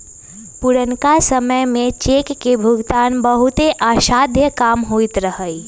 पुरनका समय में चेक के भुगतान बहुते असाध्य काम होइत रहै